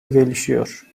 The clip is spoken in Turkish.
gelişiyor